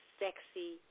sexy